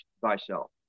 thyself